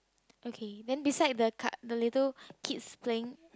okay then beside the card the little kids playing